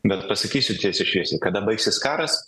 bet pasakysiu tiesiai šviesiai kada baigsis karas